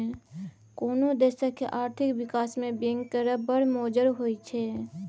कोनो देशक आर्थिक बिकास मे बैंक केर बड़ मोजर होइ छै